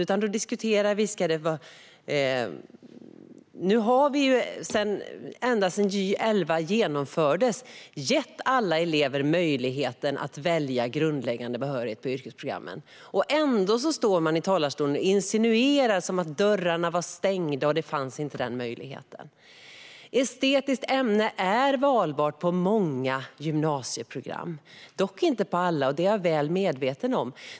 Ända sedan Gy 2011 genomfördes har vi gett alla elever möjlighet att välja grundläggande behörighet på yrkesprogrammen. Ändå står man i talarstolen och insinuerar att dörrarna var stängda och att denna möjlighet inte fanns. Ett estetiskt ämne är valbart på många gymnasieprogram, dock inte på alla, vilket jag är väl medveten om.